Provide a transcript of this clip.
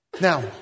Now